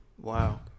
Wow